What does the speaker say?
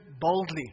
boldly